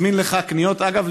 אגב,